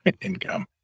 income